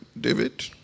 David